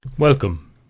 Welcome